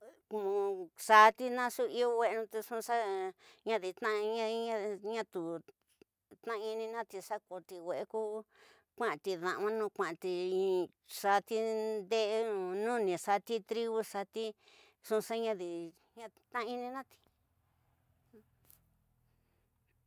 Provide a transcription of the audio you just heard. Kuino xati, nxu iyo wexenu nxu xa ñadi tnaininu ina ña ñu, tnainina xa kati, wexe ko knxati ndeliñanu knxati, xati ndexe nu nuni, xati tri ñu, xati nxu xa ñadi tnaininati.